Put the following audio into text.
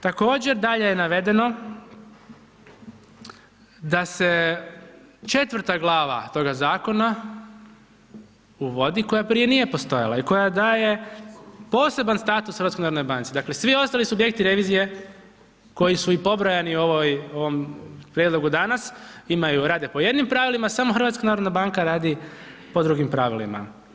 Također, dalje je navedeno da se četvrta glava toga zakona uvodi koja prije nije postojala i koja daje poseban status HNB, dakle svi ostali subjekti revizije koji su i pobrojani u ovom prijedlogu danas imaju, rade po jednim pravilima, samo HNB radi po drugim pravilima.